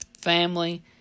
family